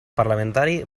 parlamentari